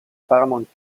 paramount